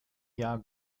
jahr